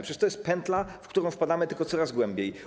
Przecież to jest pętla, w którą wpadamy tylko coraz głębiej.